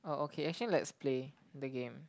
oh okay actually let's play the game